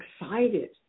excited